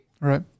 right